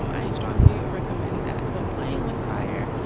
um i strongly recommend that, so playing with fire.